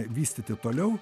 vystyti toliau